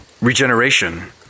regeneration